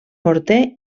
morter